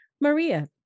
Maria